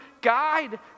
guide